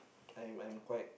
I'm I'm quite